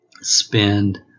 spend